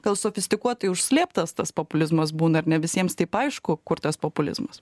gal sofistikuotai užslėptas tas populizmas būna ir ne visiems taip aišku kur tas populizmas